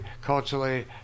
culturally